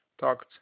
talked